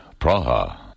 Praha